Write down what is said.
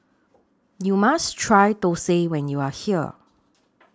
YOU must Try Thosai when YOU Are here